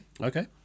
Okay